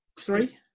Three